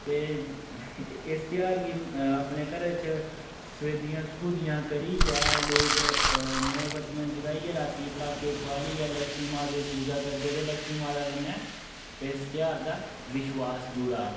ते इस ध्यार गी अ अपने घरै च सफेदियां सफूदियां करियै लोक मोमबत्तियां जगाइयै रातीं पटाके ठुआलइयै लक्ष्मी मां दी पूजा करदे ते लक्ष्मी मां दे कन्नै इस ध्यार दा विश्वास जुड़े दा